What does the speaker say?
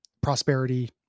prosperity